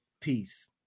peace